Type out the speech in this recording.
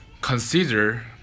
Consider